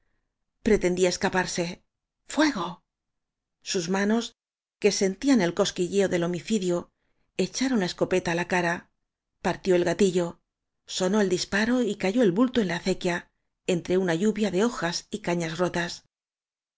es caparse fuego sus manos que sentían el cosquilleo del homicidio echaron la escopeta á la cara partió el gatillo sonó el disparo y cayó el bulto en la acequia entre una lluvia de hojas y cañas rotas